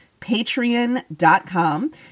patreon.com